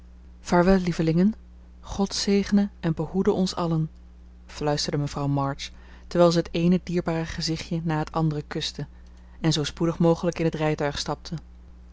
vaarwel lievelingen god zegene en behoede ons allen fluisterde mevrouw march terwijl ze het eene dierbare gezichtje na het andere kuste en zoo spoedig mogelijk in het rijtuig stapte